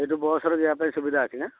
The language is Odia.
ସେଠୁ ବସ୍ରେ ଯିବା ପାଇଁ ସୁବିଧା ଅଛି ନା